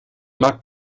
mag